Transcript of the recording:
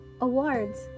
awards